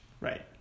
Right